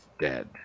Dead